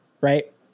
Right